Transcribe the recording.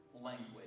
language